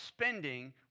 spending